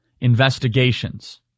investigations